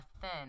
thin